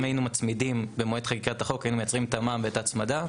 אם במועד חקיקת החוק היינו מייצרים את המע"מ ואת ההצמדה,